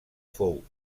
fou